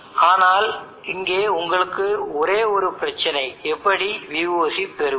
ஆனால் இங்கே உங்களுக்கு ஒரே ஒரு பிரச்சினை எப்படி Voc பெறுவது